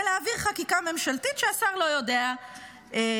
להעביר חקיקה ממשלתית שהשר לא יודע להעביר.